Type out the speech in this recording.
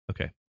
Okay